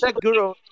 guru